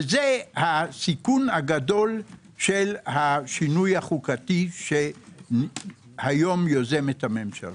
וזה הסיכון הגדול של השינוי החוקתי שהיום יוזמת הממשלה.